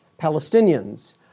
Palestinians